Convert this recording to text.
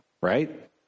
right